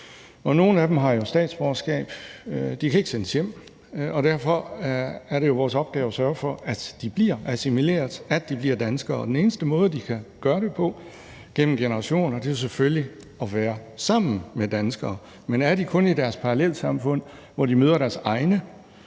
Nogle af dem har statsborgerskab og kan ikke sendes hjem, og derfor er det jo vores opgave at sørge for, at de bliver assimileret, at de bliver danskere, og den eneste måde, de kan blive det på, er selvfølgelig ved gennem generationer at være sammen med danskere. Men er de kun i deres parallelsamfund, hvor de møder deres egne,